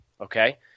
okay